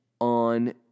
on